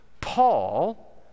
Paul